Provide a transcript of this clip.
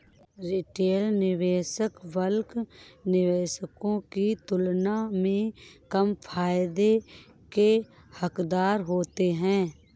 retail निवेशक bulk निवेशकों की तुलना में कम फायदे के हक़दार होते हैं